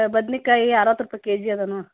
ಬದ್ನೆಕಾಯಿ ಅರುವತ್ತು ರುಪ ಕೆ ಜಿ ಇದಾವ್ ನೋಡು